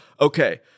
Okay